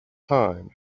time